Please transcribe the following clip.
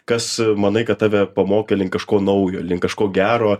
kas manai kad tave pamokė link kažko naujo link kažko gero